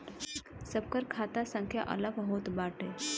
सबकर खाता संख्या अलग होत बाटे